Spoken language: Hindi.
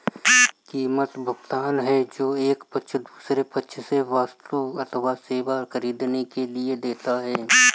कीमत, भुगतान है जो एक पक्ष दूसरे पक्ष से वस्तु अथवा सेवा ख़रीदने के लिए देता है